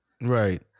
Right